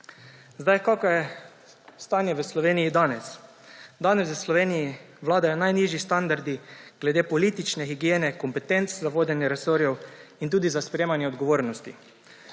Kakšno je stanje v Sloveniji danes? Danes v Sloveniji vladajo najnižji standardi glede politične higiene, kompetenc za vodenje resorjev in tudi za sprejemanje odgovornosti.